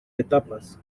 etapas